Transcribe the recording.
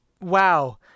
wow